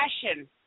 passion